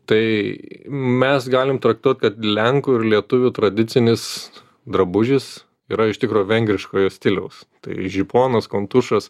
tai mes galim traktuot kad lenkų ir lietuvių tradicinis drabužis yra iš tikro vengriškojo stiliaus tai žiponas kontušas